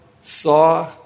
saw